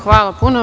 Hvala puno.